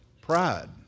pride